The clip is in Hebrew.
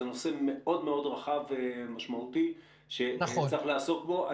זה נושא מאוד מאוד רחב ומשמעותי שצריך לעסוק בו,